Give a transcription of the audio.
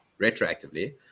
retroactively